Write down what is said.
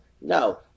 No